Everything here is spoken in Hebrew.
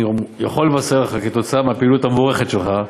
אני יכול לבשר לך: כתוצאה מהפעילות המבורכת שלך,